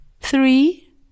three